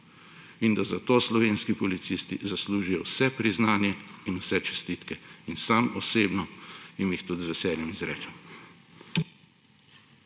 In da zato slovenski policisti zaslužijo vse priznanje in vse čestitke. In sam osebno jim jih tudi z veseljem izrečem.